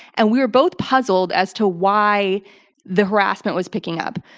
and we were both puzzled as to why the harassment was picking up.